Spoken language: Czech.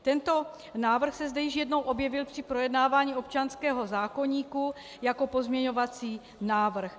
Tento návrh se zde již jednou objevil při projednávání občanského zákoníku jako pozměňovací návrh.